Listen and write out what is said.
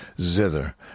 zither